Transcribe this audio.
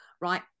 right